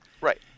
Right